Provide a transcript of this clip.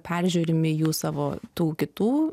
peržiūrimi jų savo tų kitų